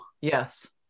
yes